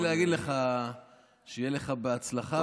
רציתי להגיד לך שיהיה לך בהצלחה,